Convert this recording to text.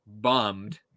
bummed